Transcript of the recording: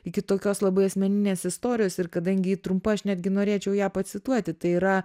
iki tokios labai asmeninės istorijos ir kadangi ji trumpa aš netgi norėčiau ją pacituoti tai yra